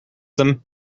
them